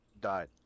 died